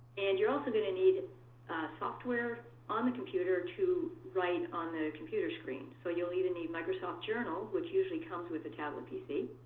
and you're also going to need and software on the computer to write on the computer screen. so you'll either need microsoft journal, which usually comes with the tablet pc,